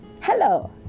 hello